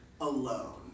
alone